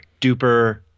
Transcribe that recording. duper